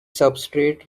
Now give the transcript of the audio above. substrate